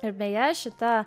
ir beje šita